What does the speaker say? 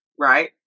right